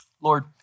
Lord